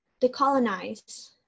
decolonize